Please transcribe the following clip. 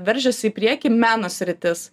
veržiasi į priekį meno sritis